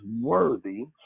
worthy